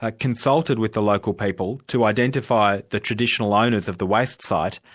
ah consulted with the local people to identify the traditional owners of the waste site,